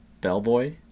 Bellboy